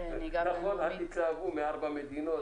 התלהבו מארבע מדינות